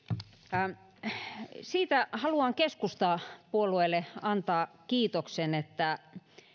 siitä haluan keskustapuolueelle antaa kiitoksen että